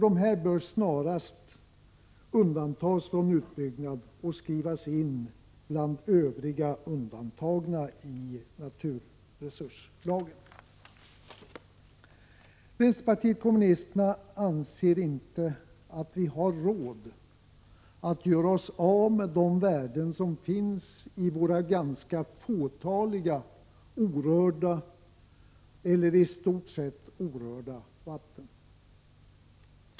Dessa bör snarast undantas från utbyggnad och skrivas in bland övriga undantagna i naturresurslagen. Vpk anser inte att vi har råd att göra oss av med de värden som finns i våra ganska fåtaliga orörda eller i stort sett orörda vatten.